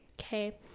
okay